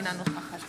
אינה נוכחת